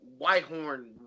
Whitehorn